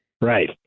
Right